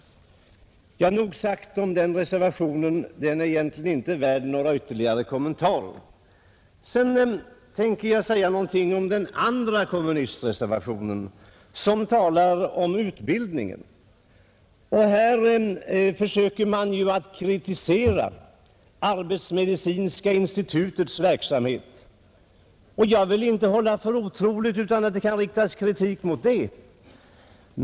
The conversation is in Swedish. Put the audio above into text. Nog sagt om den reservationen, den är egentligen inte värd några ytterligare kommentarer, Sedan tänker jag säga någonting om den andra kommunistreservationen, den som handlar om utbildningen. Här försöker man kritisera arbetsmedicinska institutets verksamhet. Jag vill inte hålla för otroligt att det kan riktas kritik mot den.